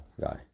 guy